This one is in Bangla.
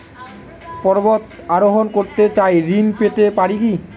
পর্বত আরোহণ করতে চাই ঋণ পেতে পারে কি?